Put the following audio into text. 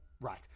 right